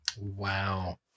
Wow